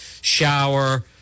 shower